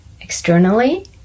externally